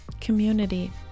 Community